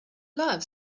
love